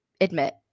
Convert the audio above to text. admit